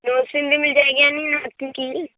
بھی مل جائے گی یا نہیں ٹوٹ تو کی